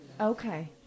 Okay